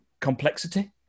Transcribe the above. complexity